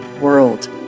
world